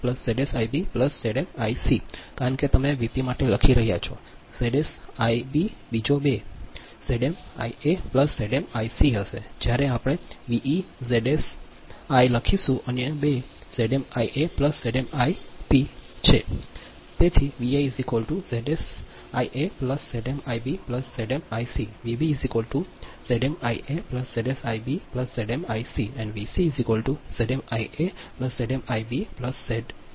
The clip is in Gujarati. તેવી જ રીતે તમારું કારણ કે તમે Vp માટે લખી રહ્યા છો Zs Ib બીજા બે Zm Ia Zm Ic હશે જ્યારે આપણે Ve Zs I લખીશું અન્ય બે Zm Ia Zm Ip છે